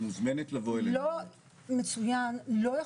את מוזמנת לבוא אלינו.